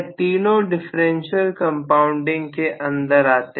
यह तीनों differential compounding के अंदर आते है